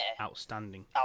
outstanding